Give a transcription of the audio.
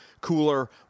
cooler